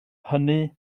hynny